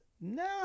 no